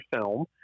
film